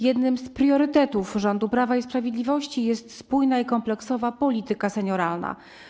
Jednym z priorytetów rządu Prawa i Sprawiedliwości jest spójna i kompleksowa polityka senioralna.